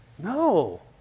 No